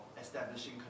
establishing